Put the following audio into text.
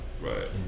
right